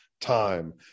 time